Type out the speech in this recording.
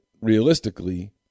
realistically